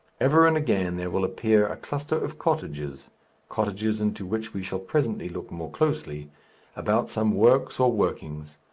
ever and again there will appear a cluster of cottages cottages into which we shall presently look more closely about some works or workings,